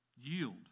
yield